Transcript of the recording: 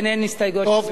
אין הסתייגויות של הממשלה.